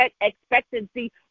expectancy